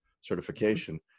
certification